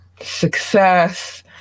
success